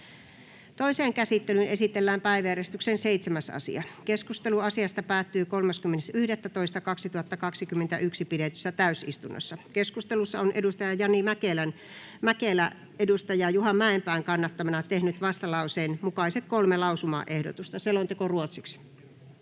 Toiseen käsittelyyn esitellään päiväjärjestyksen 7. asia. Keskustelu asiasta päättyi 30.11.2021 pidetyssä täysistunnossa. Keskustelussa on edustaja Jani Mäkelä edustaja Juha Mäenpään kannattamana tehnyt vastalauseen mukaiset kolme lausumaehdotusta. Toiseen käsittelyyn